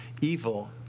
evil